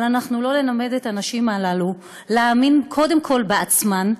אבל לא נלמד את הנשים הללו להאמין קודם כול בעצמן,